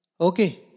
Okay